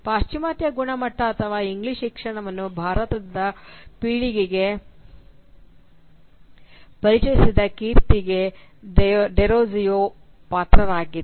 ಪಾಶ್ಚಾತ್ಯರ ಗುಣಮಟ್ಟ ಅಥವಾ ಇಂಗ್ಲಿಷ್ ಶಿಕ್ಷಣವನ್ನು ಭಾರತೀಯ ಪೀಳಿಗೆಗೆ ಪರಿಚಯಿಸಿದ ಕೀರ್ತಿಗೆ ಡೆರೋಜಿಯೊ ಪಾತ್ರರಾಗಿದ್ದಾರೆ